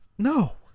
No